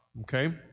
okay